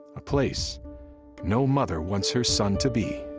a place no mother wants her son to be,